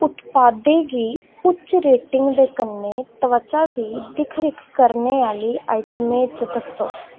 उत्पादें गी उच्च रेटिंग दे कन्नै त्वचा दी दिक्ख रिक्ख करने आह्ली आइटमें च दस्सो